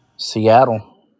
Seattle